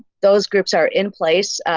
those groups are in place.